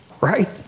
right